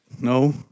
no